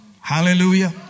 Hallelujah